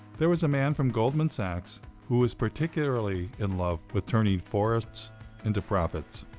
there was a man from goldman sachs who was particularly in love with turning forests into profits.